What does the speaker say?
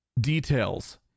details